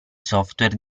software